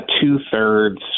two-thirds